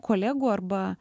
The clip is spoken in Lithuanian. kolegų arba